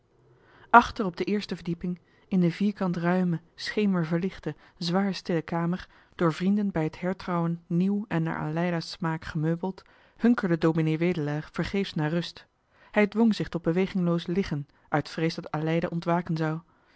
achter op de eerste verdieping in de vierkant ruime schemerverlichte zwaarstille kamer door vrienden bij het hertrouwen nieuw en naar aleida's smaak gemeubeld hunkerde ds wedelaar vergeefs naar rust hij dwong zich tot bewegingloos liggen uit vrees dat aleida ontwaken zou